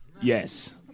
Yes